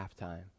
halftime